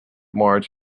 marge